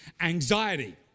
anxiety